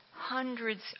hundreds